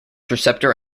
receptor